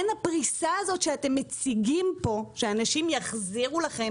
הפריסה הזאת שאתם מציגים פה שאנשים יחזירו לכם